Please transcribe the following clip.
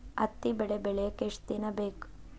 ಹತ್ತಿ ಬೆಳಿ ಬೆಳಿಯಾಕ್ ಎಷ್ಟ ದಿನ ಬೇಕ್?